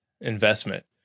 investment